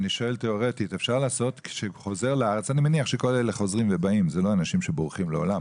תיאורטית - אני מניח שכל אלה חוזרים ובאים הם לא בורחים לעולם